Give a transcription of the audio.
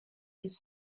his